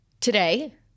Today